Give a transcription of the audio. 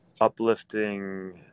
uplifting